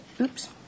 oops